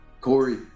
Corey